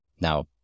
Now